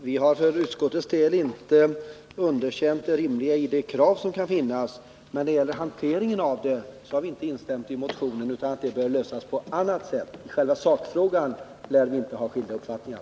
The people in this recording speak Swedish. Herr talman! Utskottet har inte underkänt det rimliga i kravet, men när det gäller hanteringen av det har vi inte instämt med motionärerna utan ansett att frågan bör lösas på annat sätt. I själva sakfrågan lär vi inte ha skilda uppfattningar.